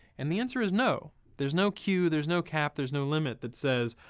and the answer is no. there's no queue there's no cap. there's no limit that says,